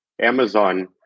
amazon